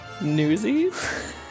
newsies